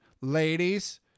ladies